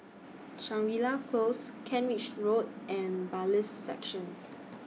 Shangri La Close Kent Ridge Road and Bailiffs' Section